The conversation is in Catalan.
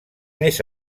més